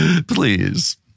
Please